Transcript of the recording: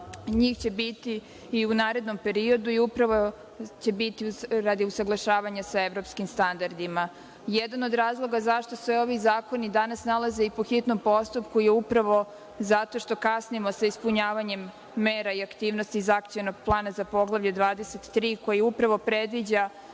njih će biti i u narednom periodu i upravo će biti radi usaglašavanja sa evropskim standardima. Jedan od razloga zašto se ovi zakoni danas nalaze i po hitnom postupku je upravo zato što kasnimo sa ispunjavanjem mera i aktivnosti iz Akcionog plana za Poglavlje 23, koje upravo predviđa